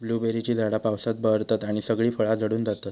ब्लूबेरीची झाडा पावसात बहरतत आणि सगळी फळा झडून जातत